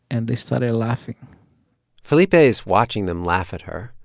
and they started laughing felipe is watching them laugh at her,